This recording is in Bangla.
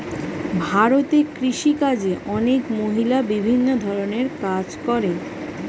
ভারতে কৃষিকাজে অনেক মহিলা বিভিন্ন ধরণের কাজ করে